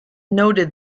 noted